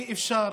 אי-אפשר